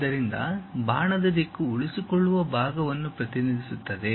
ಆದ್ದರಿಂದ ಬಾಣದ ದಿಕ್ಕು ಉಳಿಸಿಕೊಳ್ಳುವ ಭಾಗವನ್ನು ಪ್ರತಿನಿಧಿಸುತ್ತದೆ